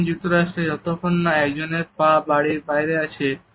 মার্কিন যুক্তরাষ্ট্রে যতক্ষণ একজনের পা বাড়ির বাইরে আছে